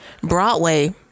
Broadway